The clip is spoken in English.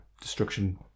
destruction